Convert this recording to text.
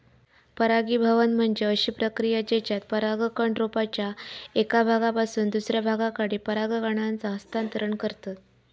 परागीभवन म्हणजे अशी प्रक्रिया जेच्यात परागकण रोपाच्या एका भागापासून दुसऱ्या भागाकडे पराग कणांचा हस्तांतरण करतत